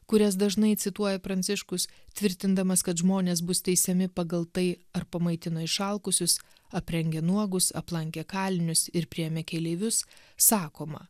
kurias dažnai cituoja pranciškus tvirtindamas kad žmonės bus teisiami pagal tai ar pamaitino išalkusius aprengė nuogus aplankė kalinius ir priėmė keleivius sakoma